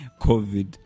covid